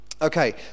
Okay